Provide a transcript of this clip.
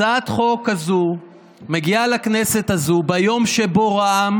הצעת החוק הזאת מגיעה לכנסת הזאת ביום שבו רע"מ